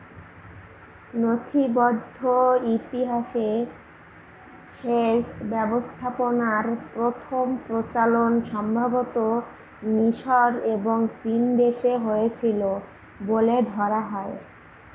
নথিবদ্ধ ইতিহাসে সেচ ব্যবস্থাপনার প্রথম প্রচলন সম্ভবতঃ মিশর এবং চীনদেশে হয়েছিল বলে ধরা হয়